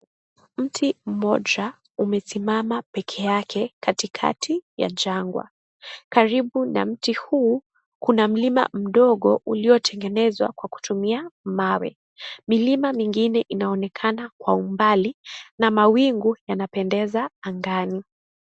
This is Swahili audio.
Mti mmoja, umesimama peke yake katikati ya jangwa. Karibu na mti huu, kuna mlima mdogo uliotengenezwa kwa kutumia mawe. Milima mingine inaonekana kwa umbali na mawingu yanapendeza angani.